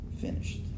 Finished